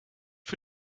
für